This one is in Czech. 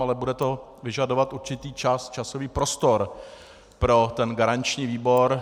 Ale bude to vyžadovat určitý čas, časový prostor pro garanční výbor.